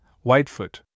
Whitefoot